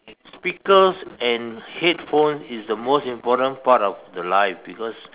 speakers and headphones is the most important part of the life because